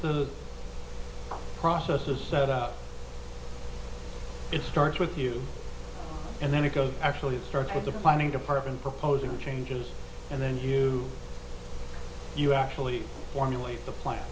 the process is set up it starts with you and then you go actually start with the planning department proposing changes and then you you actually formulate the plan